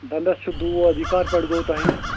دَنٛدَس چھُ دود یہِ کر پٮ۪ٹھ گوٚو تۄہہِ